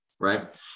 Right